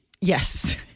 Yes